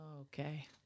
Okay